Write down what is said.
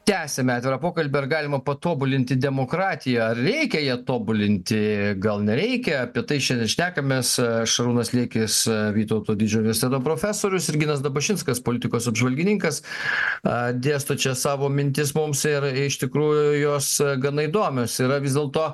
tęsiame atvirą pokalbį ar galima patobulinti demokratiją ar reikia ją tobulinti gal nereikia apie tai šiandien šnekamės šarūnas liekis vytauto didžiojo visada profesorius ir ginas dabašinskas politikos apžvalgininkas a dėsto čia savo mintis mums ir iš tikrųjų jos gana įdomios yra vis dėlto